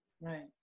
Right